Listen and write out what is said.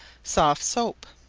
soft soap.